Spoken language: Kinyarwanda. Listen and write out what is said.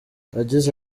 yagize